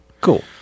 Cool